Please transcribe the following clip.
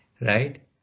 right